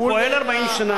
הוא פועל 40 שנה.